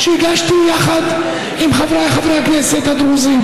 שהגשתי יחד עם חבריי חברי הכנסת הדרוזים